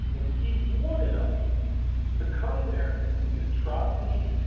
and he wanted us to come there and commit atrocities,